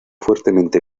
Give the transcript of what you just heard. fuertemente